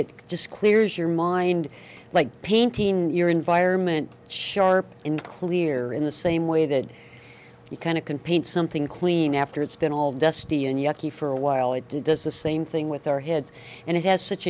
it just clears your mind like your environment sharp and clear in the same way that you kind of can paint something clean after it's been all dusty and yucky for a while it does the same thing with their heads and it has such